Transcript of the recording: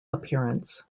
appearance